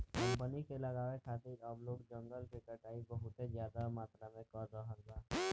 company के लगावे खातिर अब लोग जंगल के कटाई बहुत ज्यादा मात्रा में कर रहल बा